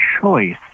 choice